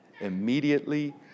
immediately